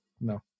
No